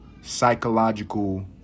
psychological